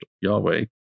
Yahweh